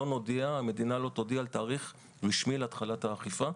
המדינה לא תודיע על תאריך רשמי להתחלת האכיפה,